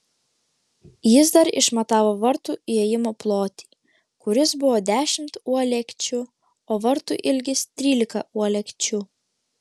jis dar išmatavo vartų įėjimo plotį kuris buvo dešimt uolekčių o vartų ilgis trylika uolekčių